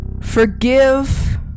forgive